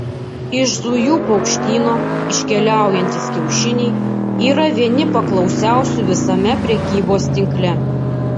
iš zujų paukštyno iškeliaujantys kiaušiniai yra vieni paklausiausių visame prekybos tinkle